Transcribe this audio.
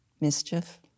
mischief